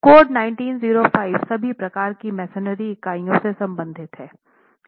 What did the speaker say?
code 1905 सभी प्रकार की मेसनरी इकाइयों से संबंधित है